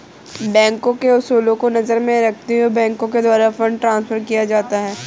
बैंकों के उसूलों को नजर में रखते हुए बैंकों के द्वारा फंड ट्रांस्फर किया जाता है